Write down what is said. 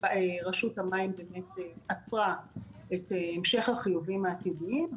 רשות המים עצרה את המשך החיובים העתידיים,